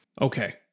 Okay